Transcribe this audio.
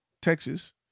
Texas